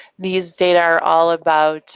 these data are all about